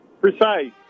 Precise